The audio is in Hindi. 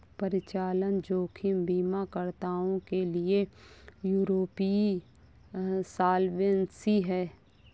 परिचालन जोखिम बीमाकर्ताओं के लिए यूरोपीय सॉल्वेंसी है